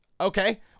Okay